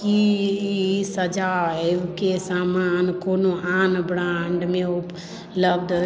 की ई सजाबयके समान कोनो आन ब्रांडमे उपलब्ध